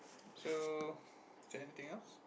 so is there anything else